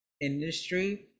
industry